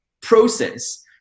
process